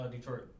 Detroit